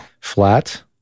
flat